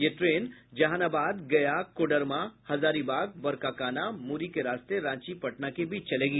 यह ट्रेन जहानाबाद गया कोडरमा हजारीबाग बरकाकाना मुरी के रास्ते रांची पटना के बीच चलेगी